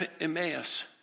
Emmaus